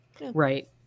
right